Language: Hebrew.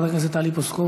חברת הכנסת טלי פלוסקוב,